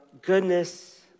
goodness